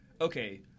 okay